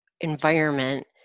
environment